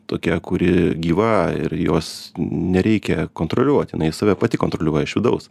tokia kuri gyva ir jos nereikia kontroliuot jinai save pati kontroliuoja iš vidaus